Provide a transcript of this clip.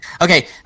Okay